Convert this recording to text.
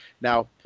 now